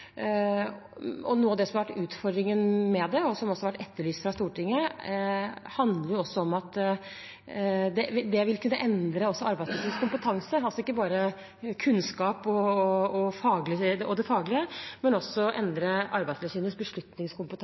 Noe av det som har vært utfordringen med det, og som også har vært etterlyst fra Stortinget, handler om at det vil kunne endre Arbeidstilsynets kompetanse ikke bare innen kunnskap og det faglige, men også Arbeidstilsynets beslutningskompetanse.